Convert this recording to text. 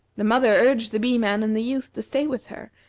the mother urged the bee-man and the youth to stay with her,